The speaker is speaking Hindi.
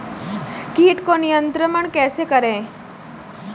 कीट को नियंत्रण कैसे करें?